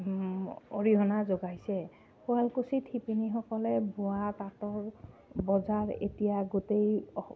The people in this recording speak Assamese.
অৰিহণা যোগাইছে শুৱালকুছিত শিপিনীসকলে বোৱা তাঁতৰ বজাৰ এতিয়া গোটেই